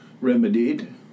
remedied